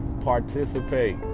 participate